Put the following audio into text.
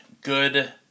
good